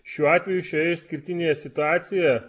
šiuo atveju šioje išskirtinėje situacijoje